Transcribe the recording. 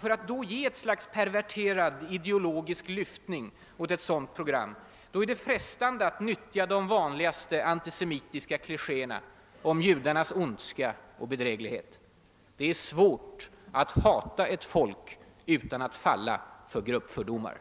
För att då ge ett slags perverterad, ideologisk lyftning åt ett sådant program är det frestande att nyttja de vanligaste antisemitiska klichéerna om judarnas ondska och bedräglighet. Det är svårt att hata ett folk utan att falla för gruppfördomar.